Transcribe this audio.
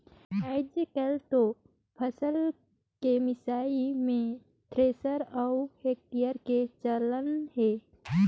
आयज कायल तो फसल के मिसई मे थेरेसर अउ हारवेस्टर के चलन हे